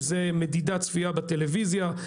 שזה מדידת צפייה בטלוויזיה.